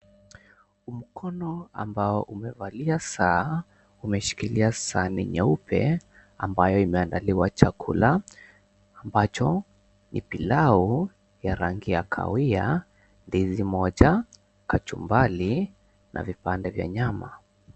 Huu mkono ambao umevalia saa , umeshikilia sahani nyeupe , ambayo imeandaliwa chakula ambacho ni pilau ya rangi ya kahawia , ndizi moja , kachumbari na vipande vya nyama.